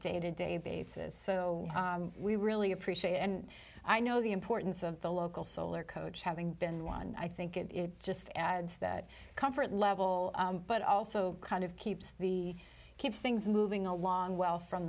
day to day basis so we really appreciate it and i know the importance of the local solar coach having been one i think it just adds that comfort level but also kind of keeps the keeps things moving along well from